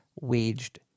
waged